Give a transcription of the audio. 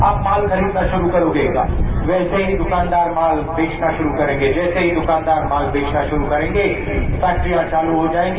आप माल खरीदना शुरू करेंगे वैसे ही दुकानदार माल बेचना शुरू करेंगे जैसे ही दुकानदार माल बेचना शुरू करेंगे फैक्टारियां चालू हो जाएगी